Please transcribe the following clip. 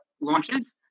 launches